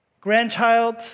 grandchild